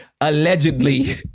Allegedly